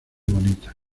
bonitas